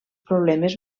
problemes